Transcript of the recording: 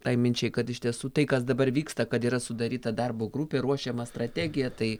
tai minčiai kad iš tiesų tai kas dabar vyksta kad yra sudaryta darbo grupė ruošiama strategija tai